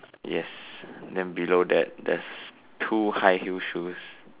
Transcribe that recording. yes then below that there's two high heel shoes